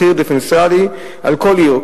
שהמחיר יהיה מחיר דיפרנציאלי לכל עיר,